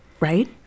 Right